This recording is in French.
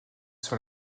sur